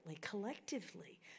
collectively